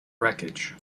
wreckage